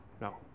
No